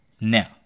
Now